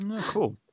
Cool